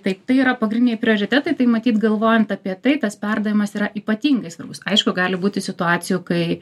tai tai yra pagrindiniai prioritetai tai matyt galvojant apie tai tas perdavimas yra ypatingai svarbus aišku gali būti situacijų kai